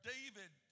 David